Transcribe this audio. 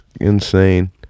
insane